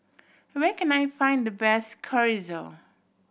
where can I find the best Chorizo